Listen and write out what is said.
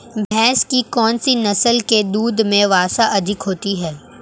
भैंस की कौनसी नस्ल के दूध में वसा अधिक होती है?